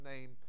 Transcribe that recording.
name